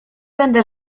będę